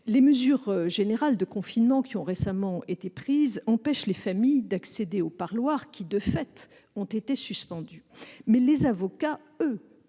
Les mesures générales de confinement récemment prises empêchent les familles d'accéder aux parloirs qui, de fait, ont été suspendus, mais les avocats